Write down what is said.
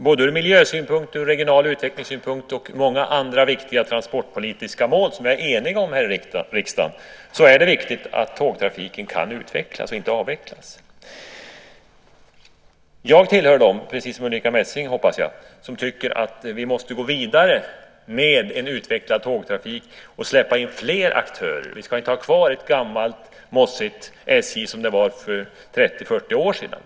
Både ur miljösynpunkt, regional utvecklingssynpunkt och i fråga om många andra viktiga transportpolitiska mål som vi är eniga om i riksdagen är det viktigt att tågtrafiken kan utvecklas och inte avvecklas. Jag tillhör dem - precis som Ulrica Messing, hoppas jag - som tycker att vi måste gå vidare med en utvecklad tågtrafik och släppa in fler aktörer. Vi ska inte ha kvar ett gammalt mossigt SJ från för 30-40 år sedan.